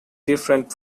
different